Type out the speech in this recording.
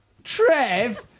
Trev